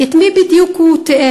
את מי בדיוק הוא תיאר?